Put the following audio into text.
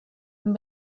and